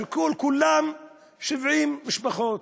שכל כולם 70 משפחות.